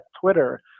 Twitter